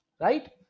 right